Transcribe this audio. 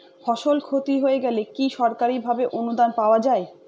ফসল ক্ষতি হয়ে গেলে কি সরকারি ভাবে অনুদান পাওয়া য়ায়?